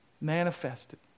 manifested